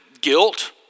guilt